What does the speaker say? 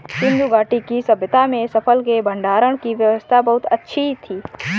सिंधु घाटी की सभय्ता में फसल के भंडारण की व्यवस्था बहुत अच्छी थी